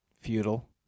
Feudal